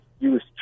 use